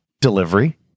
delivery